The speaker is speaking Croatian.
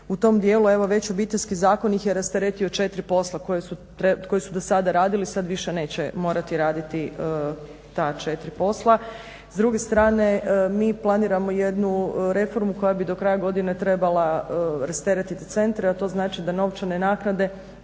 u tom dijelu. Evo već Obiteljski zakon ih je rasteretio 4 posla koji su dosada radili, sad više neće morati raditi ta 4 posla. S druge strane mi planiramo jednu reformu koja bi do kraja godine trebala rasteretiti centre a to znači da novčane naknade